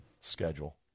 schedule